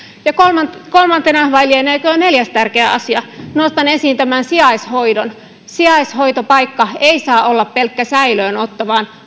kolmantena vai lieneekö jo neljäs tärkeä asia nostan esiin sijaishoidon sijaishoitopaikka ei saa olla pelkkä säilöönottopaikka vaan